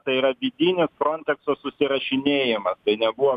tai yra vidinis frontekso susirašinėjama tai nebuvo